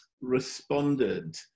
responded